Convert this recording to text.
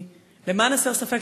למען הסר ספק,